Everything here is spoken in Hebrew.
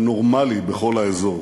הנורמלי, בכל האזור.